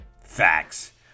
Facts